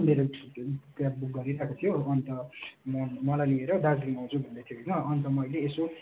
मेरो cab book गरिरहेको थियो अन्त म मलाई लिएर दार्जिलिङ आउँछु भन्दै थियो होइन अन्त मैले यसो